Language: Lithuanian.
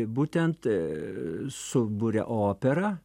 būtent suburia operą